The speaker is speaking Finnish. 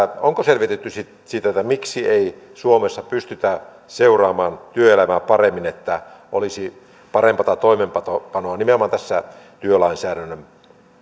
onko selvitetty sitä miksi ei suomessa pystytä seuraamaan työelämää paremmin että olisi parempaa toimeenpanoa nimenomaan tässä työlainsäädännön